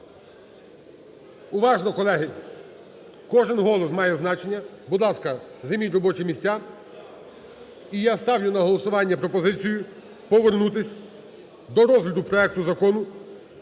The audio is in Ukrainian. Уважно, колеги! Кожен голос має значення. Будь ласка, займіть робочі місця. І я ставлю на голосування пропозицію повернутися до розгляду проекту Закону